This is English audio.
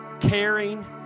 caring